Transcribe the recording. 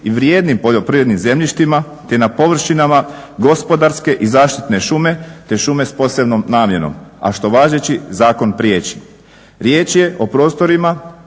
i vrijednim poljoprivrednim zemljištima te na površinama gospodarske i zaštitne šume te šume s posebnom namjenom, a što važeći zakon priječi. Riječ je o prostorima